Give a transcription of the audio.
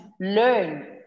learn